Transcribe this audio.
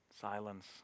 Silence